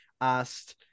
asked